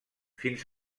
fins